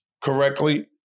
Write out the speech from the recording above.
correctly